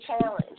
challenge